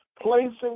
placing